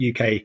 UK